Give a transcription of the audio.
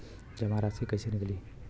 जमा राशि कइसे निकली?